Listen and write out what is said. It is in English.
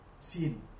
scene